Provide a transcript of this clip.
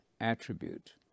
attribute